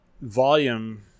volume